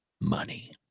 money